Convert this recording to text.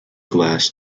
glass